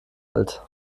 alt